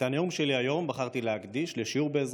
את הנאום שלי היום בחרתי להקדיש לשיעור באזרחות,